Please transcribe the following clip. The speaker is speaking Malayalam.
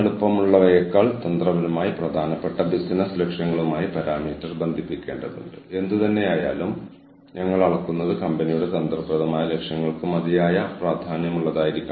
കൂടാതെ നയങ്ങൾ ന്യായമാണെന്ന് ജീവനക്കാർക്ക് തോന്നുന്നുവെങ്കിൽ അവരുടെ പ്രചോദനം വർദ്ധിക്കും അവരുടെ ഇടപെടൽ വർദ്ധിക്കും സ്ഥാപനത്തിന്റെ മൊത്തത്തിലുള്ള ലക്ഷ്യങ്ങളിലേക്കുള്ള അവരുടെ സംഭാവന വർദ്ധിക്കും